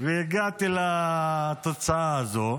והגעתי לתוצאה הזו.